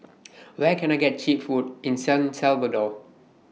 Where Can I get Cheap Food in San Salvador